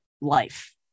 life